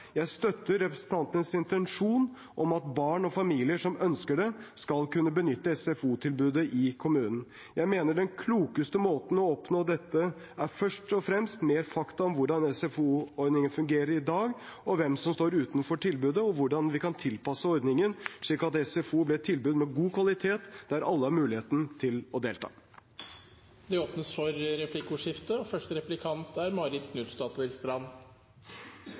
Jeg støtter representantenes intensjon om at barn og familier som ønsker det, skal kunne benytte SFO-tilbudet i kommunen. Jeg mener den klokeste måten å oppnå dette på er først å få mer fakta om hvordan SFO-ordningen fungerer i dag, hvem som står utenfor tilbudet, og hvordan vi kan tilpasse ordningen slik at SFO blir et tilbud med god kvalitet der alle har mulighet til å delta. Det blir replikkordskifte. Det er godt å høre at vi deler bekymringen og